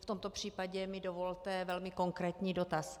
V tomto případě mi dovolte velmi konkrétní dotaz.